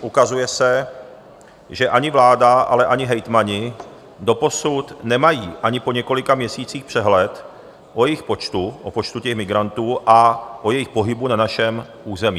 Ukazuje se, že ani vláda a ani hejtmani doposud nemají ani po několika měsících přehled o jejich počtu, o počtu migrantů, a jejich pohybu na našem území.